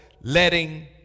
letting